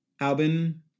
Albin